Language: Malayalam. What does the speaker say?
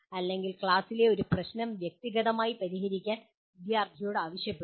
അല്ലെങ്കിൽ ക്ലാസിലെ ഒരു പ്രശ്നം വ്യക്തിഗതമായി പരിഹരിക്കാൻ വിദ്യാർത്ഥിയോട് ആവശ്യപ്പെടുക